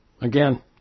Again